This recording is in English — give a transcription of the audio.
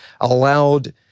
allowed